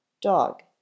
Dog